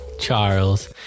Charles